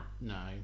No